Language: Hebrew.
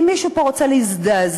אם מישהו פה רוצה להזדעזע,